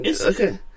Okay